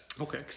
okay